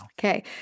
Okay